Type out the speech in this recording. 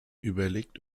überlegt